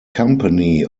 company